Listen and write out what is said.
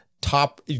top